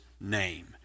name